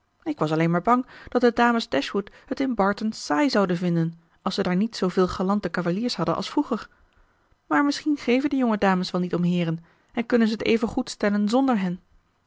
ik was alleen maar bang dat de dames dashwood het in barton saai zouden vinden als ze daar niet zooveel galante cavaliers hadden als vroeger maar misschien geven de jonge dames wel niet om heeren en kunnen ze het evengoed stellen zonder hen